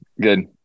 good